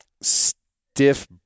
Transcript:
stiff